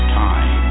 time